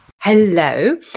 Hello